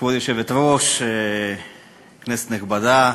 כבוד היושבת-ראש, כנסת נכבדה,